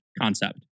concept